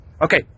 Okay